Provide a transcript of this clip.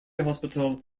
hospital